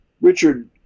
Richard